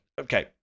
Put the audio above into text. okay